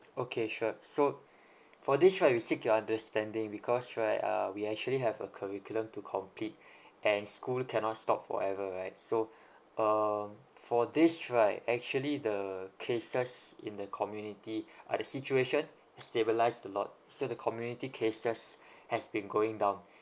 okay sure so for this right we seek your understanding because right uh we actually have a curriculum to complete and school cannot stop forever right so um for this right actually the cases in the community uh the situation has stabilised a lot so the community cases has been going down